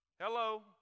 Hello